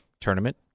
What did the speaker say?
tournament